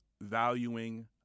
valuing